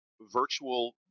virtual